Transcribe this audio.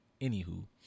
Anywho